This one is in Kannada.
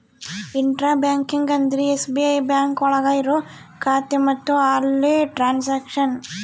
ಇಂಟ್ರ ಬ್ಯಾಂಕಿಂಗ್ ಅಂದ್ರೆ ಎಸ್.ಬಿ.ಐ ಬ್ಯಾಂಕ್ ಒಳಗ ಇರೋ ಖಾತೆ ಮತ್ತು ಅಲ್ಲೇ ಟ್ರನ್ಸ್ಯಾಕ್ಷನ್